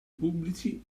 pubblici